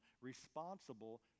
responsible